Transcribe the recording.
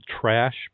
trash